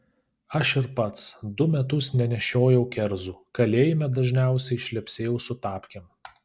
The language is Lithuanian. aš ir pats du metus nenešiojau kerzų kalėjime dažniausiai šlepsėjau su tapkėm